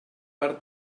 per